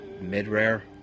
mid-rare